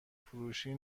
فروشی